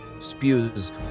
spews